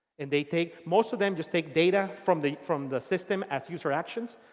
and they take most of them just take data from the from the system as user actions.